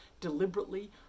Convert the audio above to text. deliberately